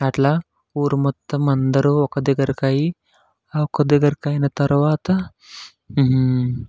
అట్ల ఊరు మొత్తం అందరూ ఒక దగ్గరకి అయ్యి ఒక దగ్గరకి అయిన తర్వాత